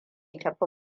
tafi